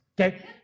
okay